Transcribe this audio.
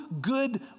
good